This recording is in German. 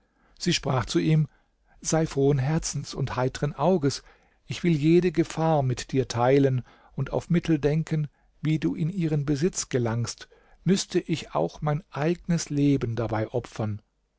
sie sprach zu ihm sei frohen herzens und heitere auges ich will jede gefahr mit dir teilen und auf mittel denken wie du in ihren besitz gelangst müßte ich auch mein eigenes leben dabei opfern